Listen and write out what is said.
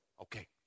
Okay